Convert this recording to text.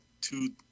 two